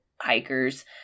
hikers